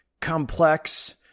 complex